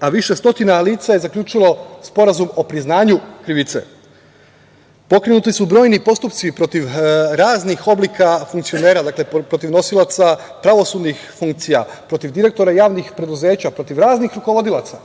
a više stotina lica je zaključilo sporazum o priznanju krivice. Pokrenuti su brojni postupci protiv raznih oblika funkcionera, protiv nosilaca pravosudnih funkcija, protiv direktora javnih preduzeća, protiv raznih rukovodilaca,